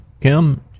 Kim